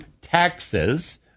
taxes